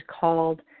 called